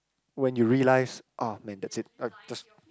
when you realise ah man that's it uh just